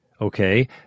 Okay